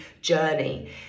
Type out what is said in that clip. journey